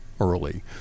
early